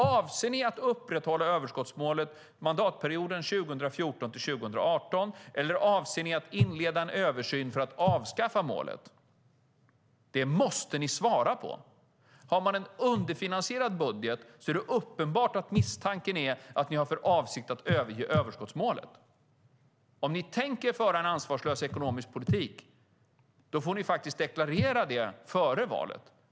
Avser ni att upprätthålla överskottsmålet mandatperioden 2014-2018? Eller avser ni att inleda en översyn för att avskaffa målet? Det måste ni svara på. Eftersom ni har en underfinansierad budget blir misstanken att ni har för avsikt att överge överskottsmålet. Om ni tänker föra en ansvarslös ekonomisk politik får ni faktiskt deklarera det före valet.